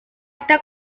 está